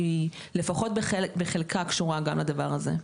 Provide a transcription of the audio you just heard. היא לפחות בחלקה קשורה לדבר הזה.